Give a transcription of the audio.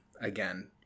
again